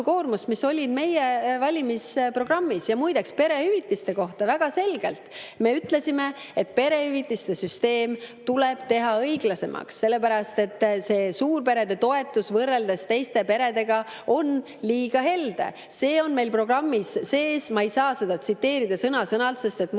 maksukoormust, mis olid meie valimisprogrammis. Ja muideks, perehüvitiste kohta me väga selgelt ütlesime, et perehüvitiste süsteem tuleb teha õiglasemaks, sellepärast et suurperede toetus võrreldes teiste peredega on liiga helde. See on meil programmis sees. Ma ei saa seda sõna-sõnalt tsiteerida,